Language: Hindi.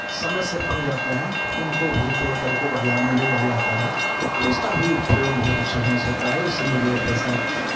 समय से पक जाते हैं उनको भी तोड़कर के बाज़ार में ले जाया जाता है तो उसका भी प्रयोग बहुत अच्छे ढ़ंग से होता है उसमें भी बढ़िया पैसा